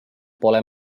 pole